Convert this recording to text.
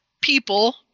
people